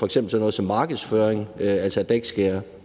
f.eks. sådan noget som markedsføring, altså at der